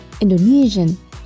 Indonesian